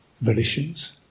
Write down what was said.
volitions